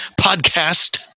podcast